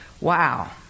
Wow